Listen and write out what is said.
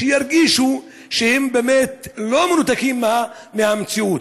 שירגישו שהם באמת לא מנותקים מהמציאות.